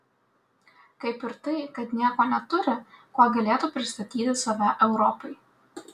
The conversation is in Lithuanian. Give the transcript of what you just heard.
kaip ir tai kad nieko neturi kuo galėtų pristatyti save europai